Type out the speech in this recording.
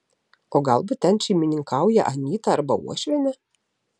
o galbūt ten šeimininkauja anyta arba uošvienė